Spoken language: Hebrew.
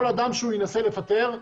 כל אדם שהוא ינסה לפטר,